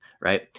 Right